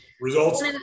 results